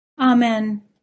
Amen